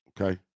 okay